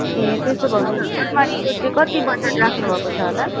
ए त्यसो भए त अल्मारीको चाहिँ कति बजेट राख्नुभएको छ होला